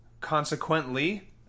Consequently